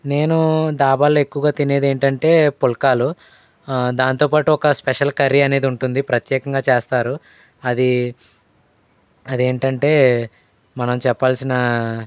నేను దాబాల్లో ఎక్కువగా తినేదేంటంటే పుల్కాలు దాంతో పాటు ఒక స్పెషల్ కర్రీ అనేది ఉంటుంది ప్రత్యేకంగా చేస్తారు అది అదేంటంటే మనం చెప్పాల్సిన